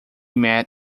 met